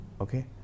Okay